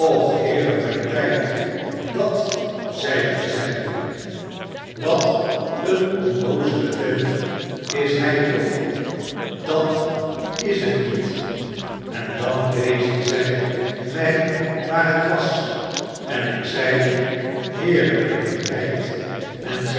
heere myn tyd dat zeiden zy wat een onnoozele vent is hy toch dat is het niet en dan wezen zij my waar het was en ik zeide heere myn tijd en